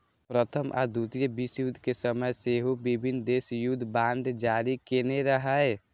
प्रथम आ द्वितीय विश्वयुद्ध के समय सेहो विभिन्न देश युद्ध बांड जारी केने रहै